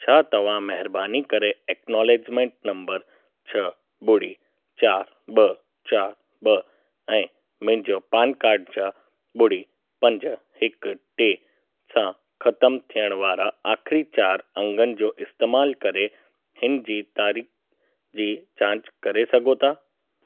छा तव्हां महिरबानी करे एक्नोलेजिमेंट नम्बर छह ॿुड़ी चार ॿ चार ॿ ऐं मुंहिंजो पान कार्ड जा ॿुड़ी पंज हिकु टे सां ख़तमु थियण वारा आख़िरी चार अंगनि जो इस्तेमालु करे हिन जी तारीख़ जी जांचु करे सघो था